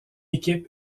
équipe